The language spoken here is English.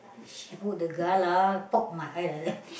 she put the galah poke my eye like that